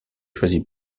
choisi